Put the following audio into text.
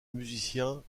musiciens